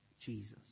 Jesus